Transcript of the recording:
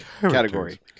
category